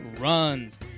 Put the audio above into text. runs